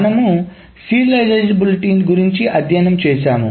మన సీరియలైజేబిలిటీని గురించి అధ్యయనం చేసాము